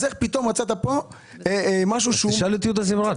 אז איך פתאום מצאת פה משהו שהוא --- תשאל את יהודה זמרת.